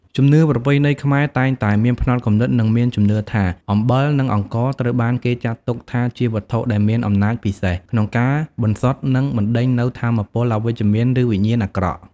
ជំនឿប្រពៃណីខ្មែរតែងតែមានផ្នត់គំនិត និងមានជំនឿថា អំបិល និងអង្ករ ត្រូវបានគេចាត់ទុកថាជាវត្ថុដែលមាន អំណាចពិសេស ក្នុងការ បន្សុទ្ធ និងបណ្ដេញនូវថាមពលអវិជ្ជមាន ឬវិញ្ញាណអាក្រក់។